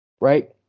Right